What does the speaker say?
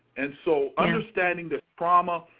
and so understanding the trauma,